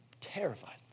terrified